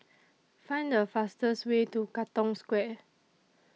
Find A fastest Way to Katong Square